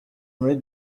muri